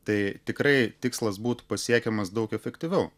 tai tikrai tikslas būtų pasiekiamas daug efektyviau